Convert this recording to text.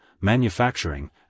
manufacturing